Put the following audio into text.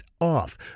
off